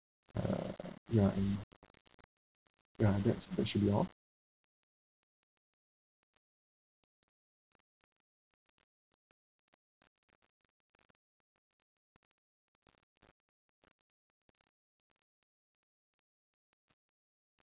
uh ya and ya that's basically all